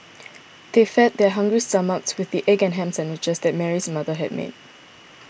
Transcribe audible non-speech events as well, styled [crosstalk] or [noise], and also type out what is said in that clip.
[noise] they fed their hungry stomachs with the egg and ham sandwiches that Mary's mother had made